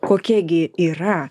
kokia gi yra